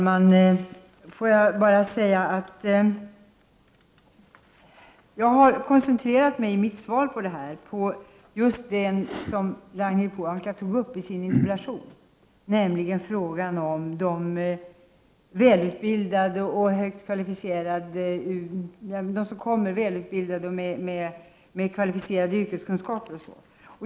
Herr talman! I mitt svar har jag koncentrerat mig på just det som Ragnhild Pohanka tog upp i sin interpellation, nämligen frågan om dem som kommer välutbildade och med kvalificerade yrkeskunskaper.